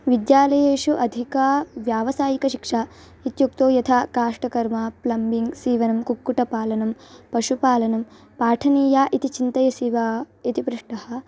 विद्यालयेषु अधिकाः व्यावसायिकशिक्षाः इत्युक्तौ यथा काष्टकर्म प्लम्बिङ्ग् सीवनं कुक्कुटपालनं पशुपालनं पाठनीया इति चिन्तयसि वा इति पृष्टम्